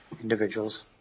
individuals